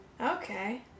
Okay